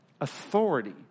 authority